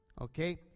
Okay